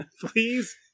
Please